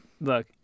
look